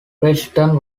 preston